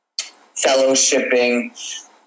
fellowshipping